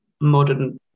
modern